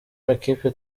makipe